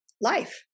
life